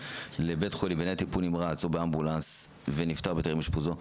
לבית חולים בניידת טיפול נמרץ או באמבולנס ונפטר בטרם אשפוזו",